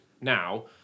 now